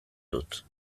dut